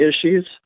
issues